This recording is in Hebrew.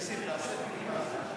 נסים, תעשה פיליבסטר.